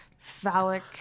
Phallic